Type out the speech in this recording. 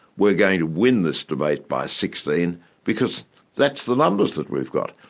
we're going to win this debate by sixteen because that's the numbers that we've got.